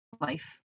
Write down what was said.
life